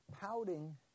Pouting